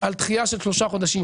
על דחייה של שלושה חודשים